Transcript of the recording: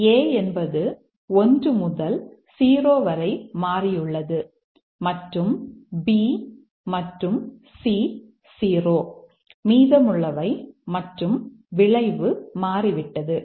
ஆகவே A என்பது 1 முதல் 0 வரை மாறியுள்ளது மற்றும் B மற்றும் C 0 மீதமுள்ளவை மற்றும் விளைவு மாறிவிட்டது